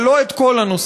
אבל לא את כל הנושא.